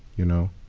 you know,